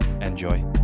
Enjoy